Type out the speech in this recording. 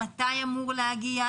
מתי זה אמור להגיע?